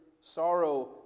sorrow